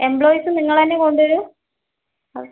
employees നിങ്ങൾ തന്നെ കൊണ്ട് വരുവോ അതോ